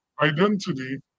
identity